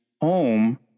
home